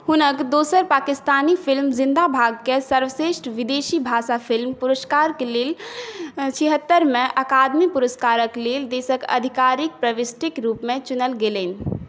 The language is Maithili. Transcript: हुनक दोसर पाकिस्तानी फिल्म जिंदा बाद के सर्वश्रेष्ठ विदेशी भाषा फिल्म पुरस्कारके लेल छिहत्तरि मे अकादमी पुरस्कारक लेल देशक आधिकारिक प्रविष्टिक रूपमे चुनल गेलै